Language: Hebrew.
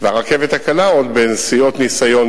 והרכבת הקלה היא עוד בנסיעות ניסיון,